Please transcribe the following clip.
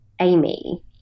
Amy